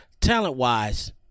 talent-wise